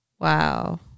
Wow